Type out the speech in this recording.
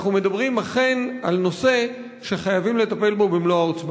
אנחנו מדברים אכן על נושא שחייבים לטפל בו במלוא העוצמה.